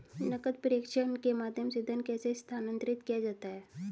नकद प्रेषण के माध्यम से धन कैसे स्थानांतरित किया जाता है?